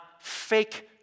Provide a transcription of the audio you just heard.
fake